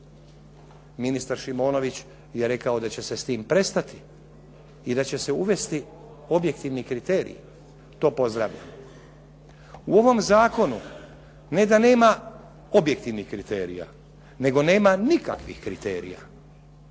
Ministar Šimonović je rekao da će se s tim prestati i da će se uvesti objektivni kriterij. To pozdravljam. U ovom zakonu ne da nema objektivnih kriterija, nego nema nikakvih kriterija.